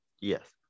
Yes